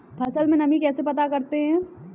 फसल में नमी कैसे पता करते हैं?